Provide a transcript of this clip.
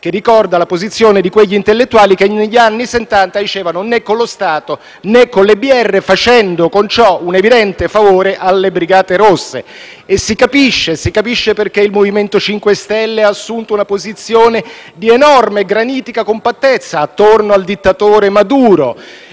che ricorda la posizione di quegli intellettuali che negli anni Settanta dicevano: né con lo Stato, né con le BR, facendo con ciò un evidente favore alle Brigate rosse. Si capisce perché il MoVimento 5 Stelle ha assunto una posizione di enorme e granitica compattezza attorno al dittatore Maduro.